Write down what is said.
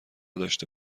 داشته